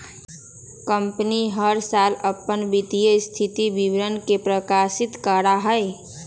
company हर साल अपन वित्तीय स्थिति विवरण के प्रकाशित करा हई